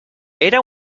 era